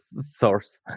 source